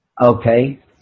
Okay